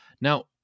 Now